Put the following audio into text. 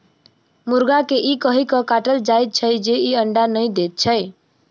मुर्गा के ई कहि क काटल जाइत छै जे ई अंडा नै दैत छै